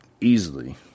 easily